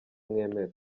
mwemera